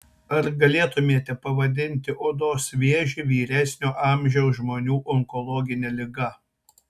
ar galėtumėte pavadinti odos vėžį vyresnio amžiaus žmonių onkologine liga